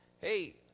Hey